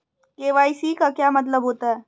KYC का क्या मतलब होता है?